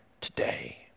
today